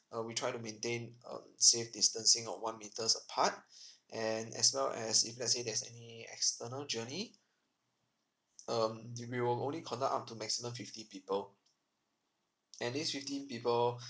uh we try to maintain um safe distancing of one metres apart and as well as if let's say there's any external journey um the we will only conduct to maximum fifty people and this fifty people